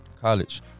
college